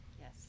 Yes